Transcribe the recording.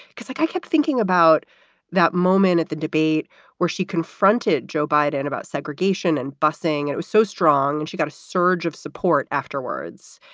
because like i kept thinking about that moment at the debate where she confronted joe biden about segregation and bussing and it was so strong and she got a surge of support afterwards.